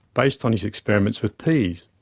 based on his experiments with peas.